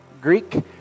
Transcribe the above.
Greek